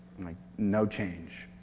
like no change.